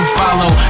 follow